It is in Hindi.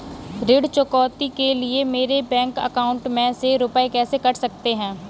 ऋण चुकौती के लिए मेरे बैंक अकाउंट में से रुपए कैसे कट सकते हैं?